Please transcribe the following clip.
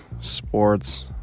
sports